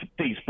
facebook